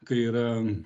kai yra